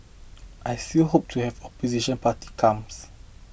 I still hope to have opposition party comes